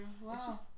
Wow